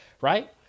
right